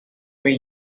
muy